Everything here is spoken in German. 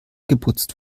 geputzt